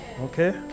okay